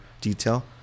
detail